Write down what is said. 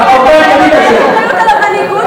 אחריות על המנהיגות